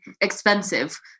expensive